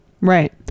right